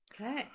Okay